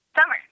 Summer